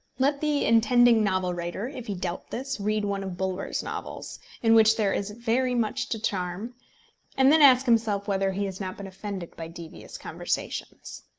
let the intending novel-writer, if he doubt this, read one of bulwer's novels in which there is very much to charm and then ask himself whether he has not been offended by devious conversations.